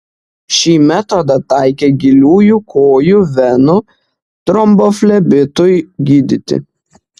šį metodą taikė giliųjų kojų venų tromboflebitui gydyti